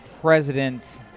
president